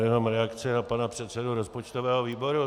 Jenom reakce na pana předsedu rozpočtového výboru.